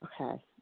Okay